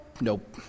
nope